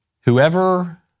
Whoever